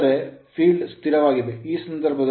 ಆದರೆ field ಕ್ಷೇತ್ರವು ಸ್ಥಿರವಾಗಿದೆ ಆ ಸಂದರ್ಭದಲ್ಲಿ ∅1∅2∅